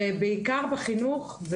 ובעיקר בחינוך.